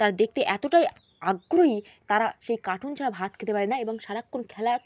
তারা দেখতে এতটাই আগ্রহী তারা সেই কার্টুন ছাড়া ভাত খেতে পারে না এবং সারাক্ষণ খেলা